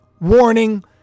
warning